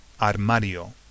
armario